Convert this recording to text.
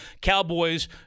Cowboys